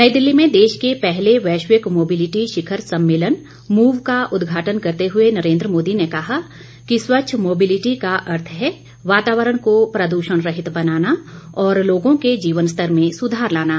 नई दिल्ली में देश के पहले वैश्विक मोबिलिटी शिखर सम्मेलन मूव का उद्घाटन करते हुए नरेन्द्र मोदी ने कहा कि स्वच्छ मोबिलिटी का अर्थ है वातावरण को प्रदूषणरहित बनाना और लोगो के जीवन स्तर में सुधार लाना